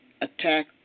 attack